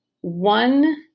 one